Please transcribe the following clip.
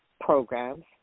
programs